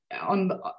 on